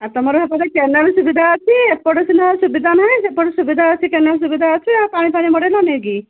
ଆଉ ତମର ହେପଟେ କେନାଲ୍ ସୁବିଧା ଅଛି ଏପଟେ ସିନା ସୁବିଧା ନାହିଁ ସେପଟେ ସୁବିଧା ଅଛି କେନାଲ୍ ସୁବିଧା ଅଛି ଆଉ ପାଣି ଫାଣି ମଡ଼ାଇଲ ନାହିଁ କି